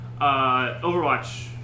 Overwatch